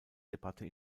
debatte